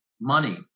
money